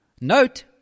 Note